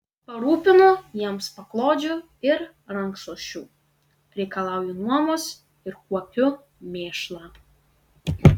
parūpinu jiems paklodžių ir rankšluosčių reikalauju nuomos ir kuopiu mėšlą